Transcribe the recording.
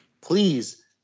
Please